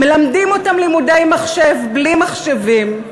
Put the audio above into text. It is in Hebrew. מלמדים אותם לימודי מחשב בלי מחשבים.